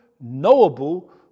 knowable